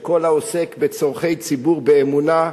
שכל העוסק בצורכי ציבור באמונה,